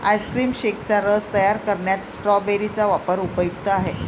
ice cream शेकचा रस तयार करण्यात स्ट्रॉबेरी चा वापर उपयुक्त आहे